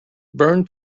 burn